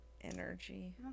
energy